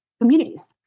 communities